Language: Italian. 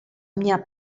mia